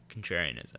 contrarianism